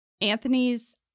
Anthony's